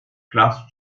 klaus